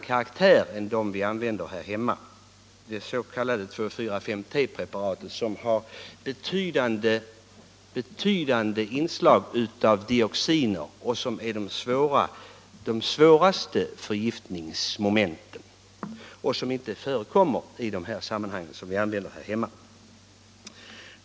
I Vietnam användes det s.k. 2,4,5-T-preparatet som har betydande inslag av dioxiner och där det är fråga om de svåraste förgiftningsmomenten. Detta använder vi inte här hemma.